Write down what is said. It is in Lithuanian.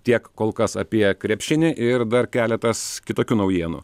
tiek kol kas apie krepšinį ir dar keletas kitokių naujienų